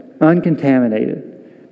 uncontaminated